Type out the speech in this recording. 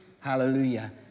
hallelujah